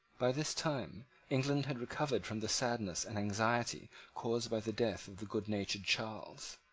by this time england had recovered from the sadness and anxiety caused by the death of the goodnatured charles.